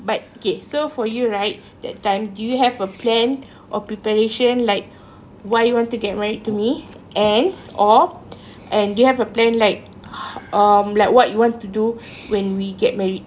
but okay so for you right that time do you have a plan or preparation like why you want to get married to me and or and do you have a plan like um like what you want to do when we get married